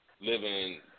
living